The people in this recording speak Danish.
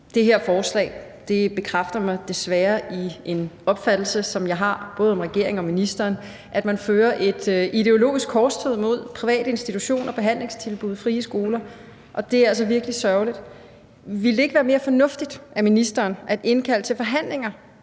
Det her forslag bekræfter mig desværre i en opfattelse, som jeg har, både af regeringen og af ministeren, nemlig at man fører et ideologisk korstog imod private institutioner, behandlingstilbud og frie skoler, og det er altså virkelig sørgeligt. Ville det ikke være mere fornuftigt af ministeren at indkalde til forhandlinger